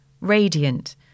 radiant